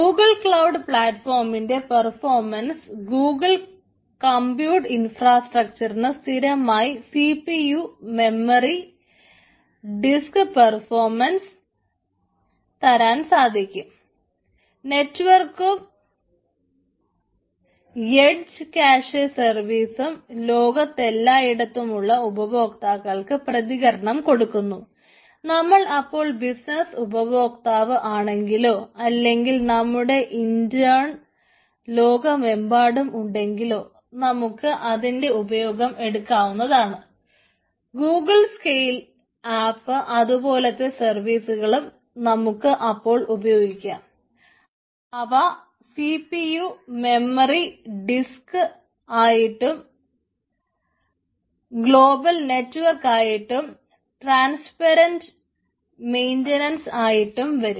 Google cloud പ്ലാറ്റ്ഫോമിന്റെ performance ആയിട്ടും വരും